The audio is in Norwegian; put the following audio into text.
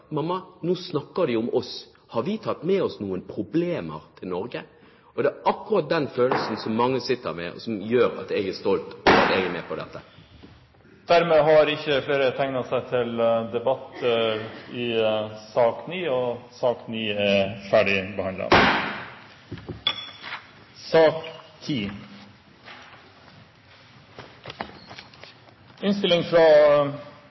Mamma, nå snakker de om oss. Har vi tatt med oss noen problemer til Norge? Og det er akkurat den følelsen som mange sitter med, og som gjør at jeg er stolt over at jeg er med på dette. Flere har ikke bedt om ordet til sak nr. 9. Regjeringen har gjennom sak